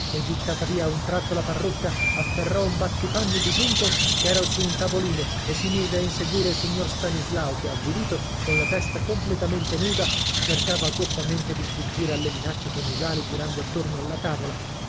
e gittata via a un tratto la parrucca afferrò un battipanni di giunco chera su un tavolino e si mise a inseguire il signor stanislao che avvilito con la testa completamente nuda cercava goffamente di sfuggire alle minacce coniugali girando attorno alla tavola